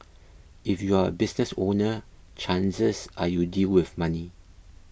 if you're a business owner chances are you deal with money